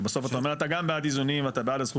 ובסוף אתה אומר אתה גם בעד איזונים ואתה בעד הזכות